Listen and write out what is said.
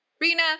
Rina